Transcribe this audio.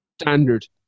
standard